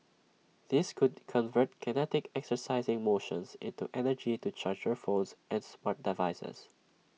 these could convert kinetic exercising motions into energy to charge your phones and smart devices